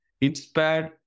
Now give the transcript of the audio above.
inspired